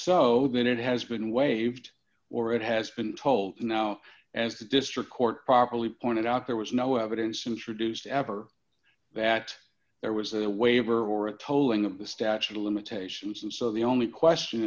so then it has been waived or it has been told now as the district court properly pointed out there was no evidence introduced ever that there was a waiver or a tolling of the statute of limitations and so the only question